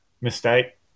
mistake